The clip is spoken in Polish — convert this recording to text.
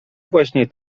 właśnie